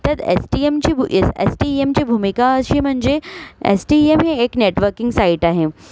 त्यात एसटीएमची भू एस एसटीएमची भूमिका अशी म्हणजे एस टी एम हे एक नेटवर्किंग साईट आहे